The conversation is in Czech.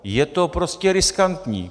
Je to prostě riskantní.